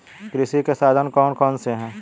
कृषि के साधन कौन कौन से हैं?